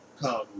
come